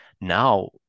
Now